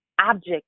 object